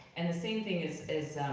and the same thing as as